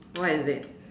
what is it